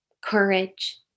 courage